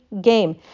game